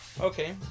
Okay